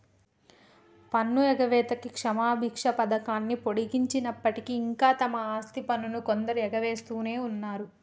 పన్ను ఎగవేతకి క్షమబిచ్చ పథకాన్ని పొడిగించినప్పటికీ ఇంకా తమ ఆస్తి పన్నును కొందరు ఎగవేస్తునే ఉన్నరు